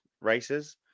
races